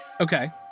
Okay